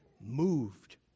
moved